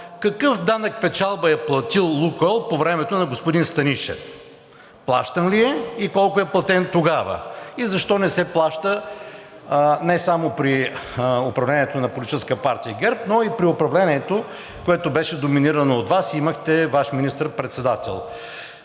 какъв данък печалба е платил „Лукойл“ по времето на господин Станишев? Плащан ли е и колко е платен тогава? Защо не се плаща не само при управлението на Политическа партия ГЕРБ, но и при управлението, което беше доминирано от Вас и имахте Ваш министър-председател?